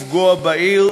שהיה עלול לפגוע בעיר,